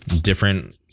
different